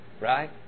Right